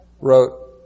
wrote